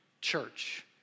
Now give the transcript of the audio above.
Church